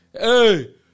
Hey